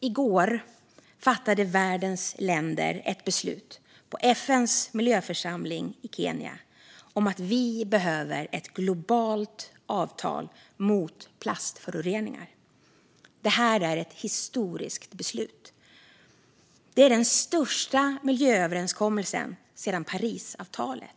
I går fattade världens länder ett beslut på FN:s miljöförsamling i Kenya om att det behövs ett globalt avtal mot plastföroreningar. Det här är ett historiskt beslut. Det är den största miljööverenskommelsen sedan Parisavtalet.